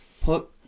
put